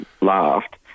laughed